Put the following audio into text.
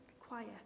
Quiet